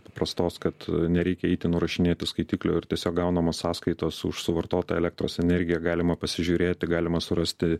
paprastos kad nereikia eiti nurašinėti skaitiklio ir tiesiog gaunamos sąskaitos už suvartotą elektros energiją galima pasižiūrėti galima surasti